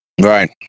right